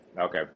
Okay